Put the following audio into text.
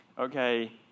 okay